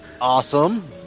Awesome